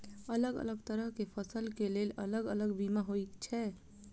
अलग अलग तरह केँ फसल केँ लेल अलग अलग बीमा होइ छै?